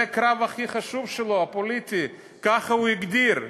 זה הקרב הכי חשוב שלו, הפוליטי, ככה הוא הגדיר.